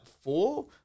four